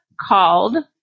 called